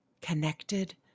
connected